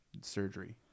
surgery